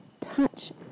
touch